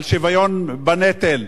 על שוויון בנטל,